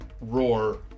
roar